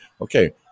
okay